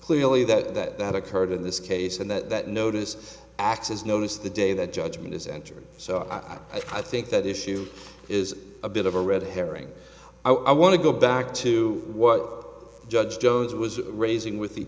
clearly that that occurred in this case and that that notice x is known as the day that judgment is entered so i think that issue is a bit of a red herring i want to go back to what judge jones was raising with the